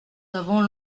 avons